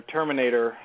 Terminator